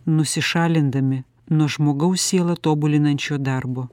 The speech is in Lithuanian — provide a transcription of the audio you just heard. nusišalindami nuo žmogaus sielą tobulinančio darbo